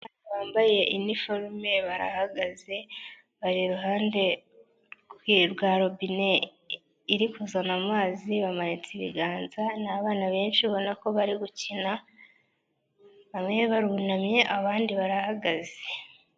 Bambaye inuforume barahagaze bari iruhande rwa robine iri kuzana amazi bamanitse ibiganza n'abana benshi babona ko bari gukina bamwe barunamye abandi barahagaze.